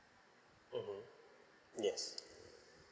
mmhmm yes